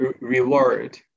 reward